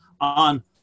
on